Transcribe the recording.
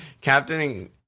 captaining